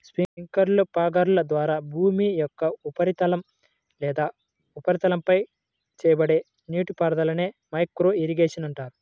స్ప్రింక్లర్లు, ఫాగర్ల ద్వారా భూమి యొక్క ఉపరితలం లేదా ఉపరితలంపై చేయబడే నీటిపారుదలనే మైక్రో ఇరిగేషన్ అంటారు